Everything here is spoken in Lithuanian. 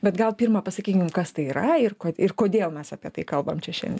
bet gal pirma pasakykim kas tai yra ir kad ir kodėl mes apie tai kalbam čia šiandien